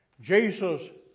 Jesus